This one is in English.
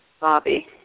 Bobby